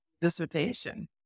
dissertation